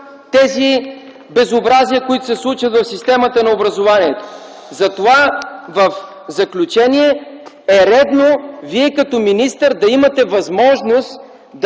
тези безобразия, които се случват в системата на образованието. Затова в заключение е редно Вие, като министър, на имате възможност